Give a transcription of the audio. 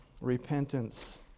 repentance